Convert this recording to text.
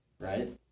Right